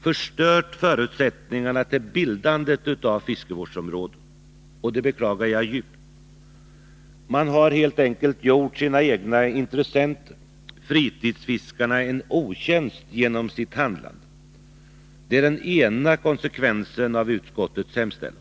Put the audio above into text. förstört förutsättningarna för bildandet av fiskevårdsområden. Det beklagar jag djupt. Man har helt enkelt gjort sina egna intressenter, fritidsfiskarna, en otjänst genom sitt handlande. Det är den ena konsekvensen av utskottets hemställan.